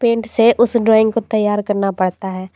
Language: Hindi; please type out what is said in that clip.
पेंट से उस ड्राइंग को तैयार करना पड़ता है